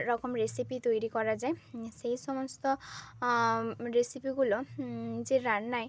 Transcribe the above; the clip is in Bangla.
রকম রেসিপি তৈরি করা যায় সেই সমস্ত রেসিপিগুলো যে রান্নায়